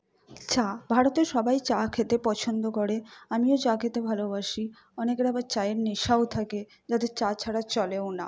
চা ভারতের সবাই চা খেতে পছন্দ করে আমিও চা খেতে ভালোবাসি অনেকের আবার চায়ের নেশাও থাকে যাদের চা ছাড়া চলেও না